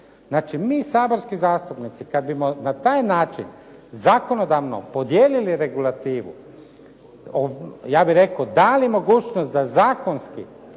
Znači, mi saborski zastupnici kad bismo na taj način zakonodavno podijelili regulativu, ja bih rekao dali mogućnost da zakonski